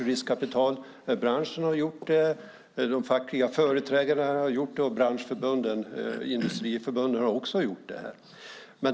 Riskkapitalbranschen har gjort det, de fackliga företrädarna har gjort det, branschförbunden och industriförbunden har också gjort det.